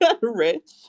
rich